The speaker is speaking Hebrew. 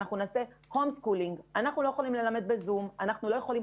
אנחנו לא יכולים ללמד בזום, אנחנו לא יכולים